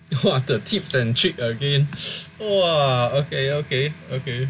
!wah! the tips and tricks again !wah! okay okay